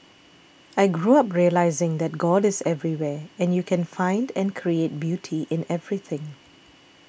I grew up realising that God is everywhere and you can find and create beauty in everything